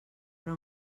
però